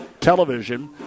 television